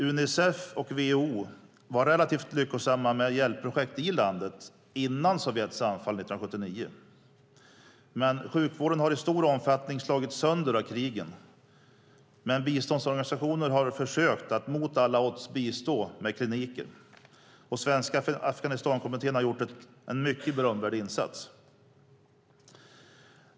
UNICEF och WHO var relativt lyckosamma med hjälpprojekt i landet före Sovjets anfall 1979. Sjukvården har i stor omfattning slagits sönder av krigen, men biståndsorganisationer har försökt att mot alla odds bistå med kliniker. Svenska Afghanistankommittén har gjort en mycket berömvärd insats.